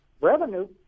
revenue